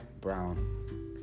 Brown